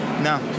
No